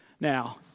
now